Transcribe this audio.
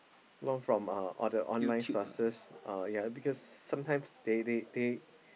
learn from uh or the online sources uh yea because sometimes they they